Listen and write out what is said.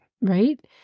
Right